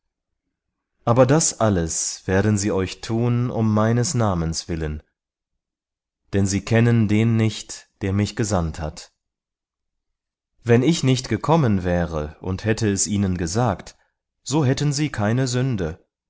aber das alles werden sie euch tun um meines namens willen denn sie kennen den nicht der mich gesandt hat wenn ich nicht gekommen wäre und hätte es ihnen gesagt so hätten sie keine sünde